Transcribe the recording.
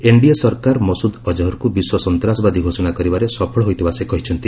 NDA ସରକାର ମସୁଦ ଅଜହରକୁ ବିଶ୍ୱ ସନ୍ତାସବାଦୀ ଘୋଷଣା କରିବାରେ ସଫଳ ହୋଇଥିବା ସେ କହିଛନ୍ତି